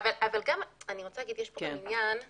אבל העניין הוא